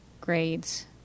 grades